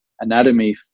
anatomy